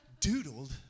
doodled